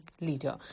leader